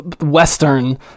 western